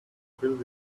build